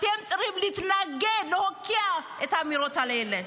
אתם צריכים להתנגד, להוקיע את האמירות האלה.